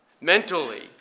mentally